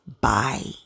Bye